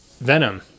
Venom